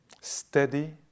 Steady